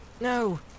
no